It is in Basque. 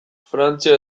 frantzia